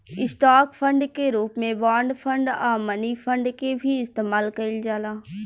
stock fund के रूप में बॉन्ड फंड आ मनी फंड के भी इस्तमाल कईल जाला